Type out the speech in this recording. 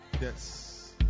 Yes